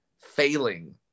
failing